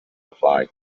apply